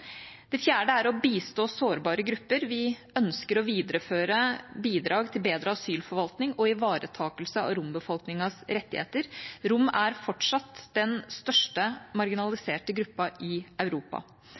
Det fjerde er å bistå sårbare grupper. Vi ønsker å videreføre bidrag til bedre asylforvaltning og ivaretakelse av rombefolkningens rettigheter. Rom er fortsatt den største